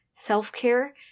Self-care